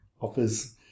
offers